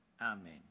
Amen